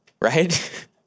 Right